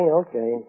okay